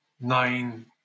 nine